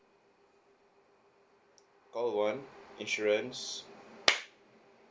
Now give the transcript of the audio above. call one insurance